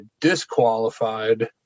disqualified